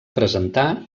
presentar